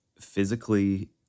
physically